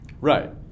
Right